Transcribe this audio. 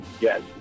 Yes